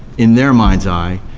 in their minds' eye.